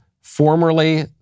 formerly